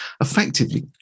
effectively